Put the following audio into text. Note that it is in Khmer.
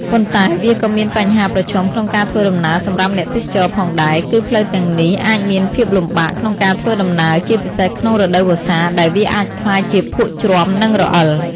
ប៉ុន្តែវាក៏មានបញ្ហាប្រឈមក្នុងការធ្វើដំណើរសម្រាប់អ្នកទេសចរផងដែរ គឺផ្លូវទាំងនេះអាចមានភាពលំបាកក្នុងការធ្វើដំណើរ ជាពិសេសក្នុងរដូវវស្សាដែលវាអាចក្លាយជាភក់ជ្រាំ និងរអិល។